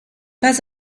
pas